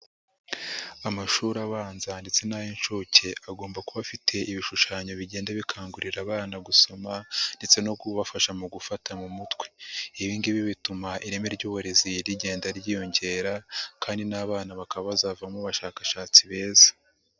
Amashuri abanza ndetse n'ay'inshuke, agomba kuba afite ibishushanyo bigenda bikangurira abana gusoma ndetse no kubafasha mu gufata mu mutwe. Ibi ngibi bituma ireme ry'uburezi rigenda ryiyongera kandi n'abana bakaba bazavamo abashakashatsi beza.